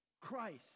Christ